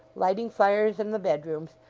lighting fires in the bedrooms,